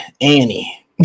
Annie